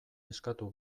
eskatu